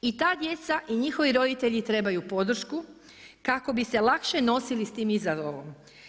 I ta djeca i njihovi roditelji trebaju podršku kako bi se lakše nosili s tim izazovom.